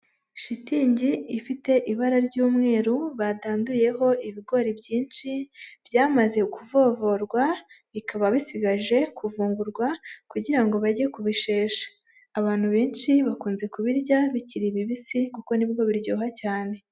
Shitingi ifite ibara ry'umweru batanduyeho ibigori byinshi, byamaze kuvovorwa, bikaba bisigaje kuvungurwa, kugira ngo bajye kubisheshe. Abantu benshi bakunze kubirya bikiri bibisi, kuko ni bwo biryoha cyane.